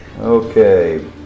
Okay